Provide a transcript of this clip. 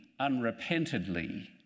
unrepentedly